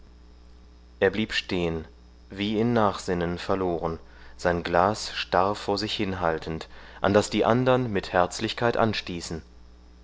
er blieb stehen wie in nachsinnen verloren sein glas starr vor sich hinhaltend an das die andern mit herzlichkeit anstießen